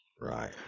Right